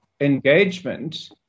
engagement